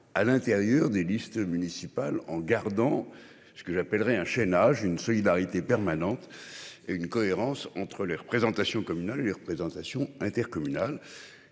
à l'intérieur des listes municipales en gardant. Ce que j'appellerais un chaînage une solidarité permanente. Et une cohérence entre les représentations communes les représentations intercommunal.